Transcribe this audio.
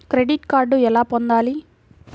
Credit card ఎలా పొందాలి?